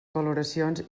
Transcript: valoracions